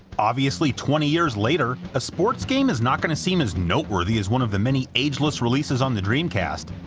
obviously twenty years later, a sports game is not going to seem as noteworthy as one of the many ageless releases on the dreamcast,